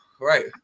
Right